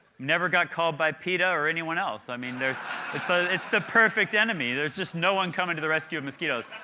never got called by peta or anyone else. i mean, it's so it's the perfect enemy. there's just no one coming to the rescue of mosquitos.